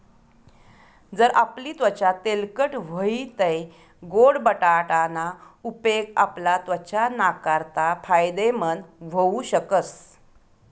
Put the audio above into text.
जर आपली त्वचा तेलकट व्हयी तै गोड बटाटा ना उपेग आपला त्वचा नाकारता फायदेमंद व्हऊ शकस